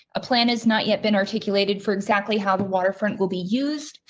a plan is not yet been articulated for exactly how the waterfront will be used.